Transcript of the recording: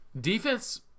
defense